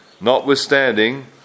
Notwithstanding